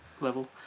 Level